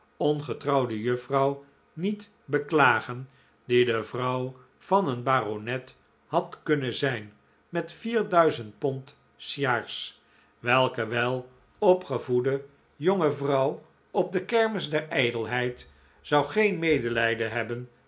ongetrouwde juffrouw niet beklagen die de vrouw van een baronet had kunnen zijn met vier duizend pond s jaars welke welopgevoede jonge vrouw op de kermis der ijdelheid zou geen medelijden hebben